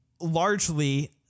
largely